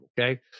okay